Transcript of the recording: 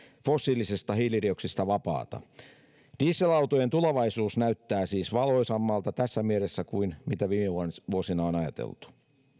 fossiilisesta hiilidioksidista vapaata tässä mielessä dieselautojen tulevaisuus näyttää siis valoisammalta kuin viime vuosina on ajateltu